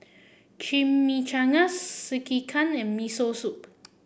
Chimichangas Sekihan and Miso Soup